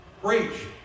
Preach